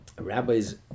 rabbi's